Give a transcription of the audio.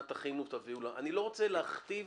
אני לא רוצה להכתיב